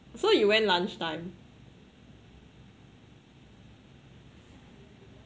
so you went lunch time